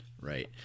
Right